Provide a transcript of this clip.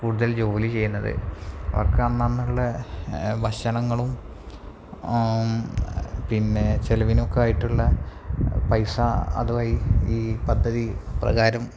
കൂടുതൽ ജോലി ചെയ്യുന്നത് അവർക്ക് അന്നന്നുള്ള ഭക്ഷണങ്ങളും പിന്നെ ചെലവിനൊക്കെ ആയിട്ടുള്ള പൈസ അതു വഴി ഈ പദ്ധതി പ്രകാരം